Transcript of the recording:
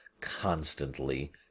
constantly